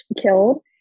killed